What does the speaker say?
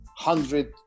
hundred